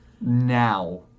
Now